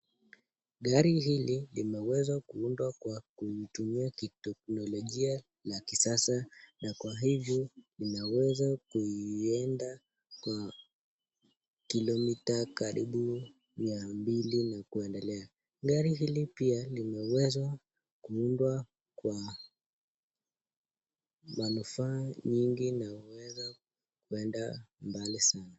Gari hili limeweza kuundwa kwa kutumia teknolojia ya kisasa na kwa hivyo inaweza kuenda kilo mita karibu mia mbili na kuendelea. Gari hili pia limewezwa kuundwa kwa manufaa nyingi na inaweza kuenda mbali sana.